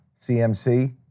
CMC